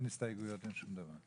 אין הסתייגויות, אין שום דבר.